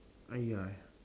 I ya